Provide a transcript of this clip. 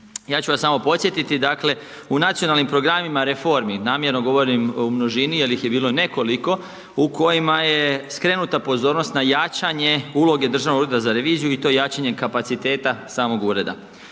Ja ću vas samo podsjetiti u nacionalnim programima reformi, namjerno govorim o množini, jer ih je bilo nekoliko, u kojima je skrenuta pozornost na jačanje, uloge Državnog ureda za reviziju i to jačanje kapaciteta samog ureda.